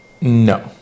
No